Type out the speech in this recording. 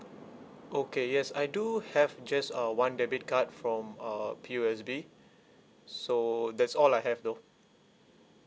okay yes I do have just uh one debit card from uh P_O_S_B so that's all I have though